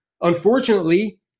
Unfortunately